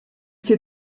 fait